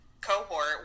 cohort